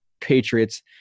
Patriots –